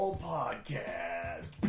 podcast